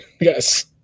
Yes